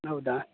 ಹೌದಾ